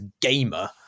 gamer